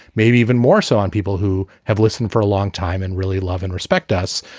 maybe even more so on people who have listened for a long time and really love and respect us.